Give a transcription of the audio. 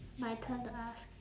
my turn to ask